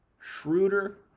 Schroeder